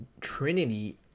trinity